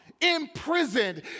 imprisoned